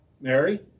Mary